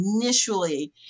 initially